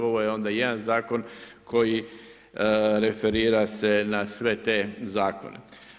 Ovo je onda jedan zakon koji referira se na sve te zakone.